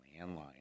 landline